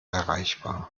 erreichbar